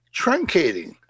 truncating